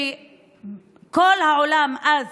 כל העולם אז